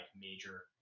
major